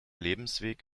lebensweg